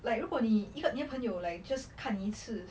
like 如果你一个朋友 like just 看你一次